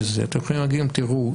אתם יכולים להגיד להם: תראו,